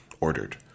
ordered